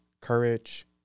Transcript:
Courage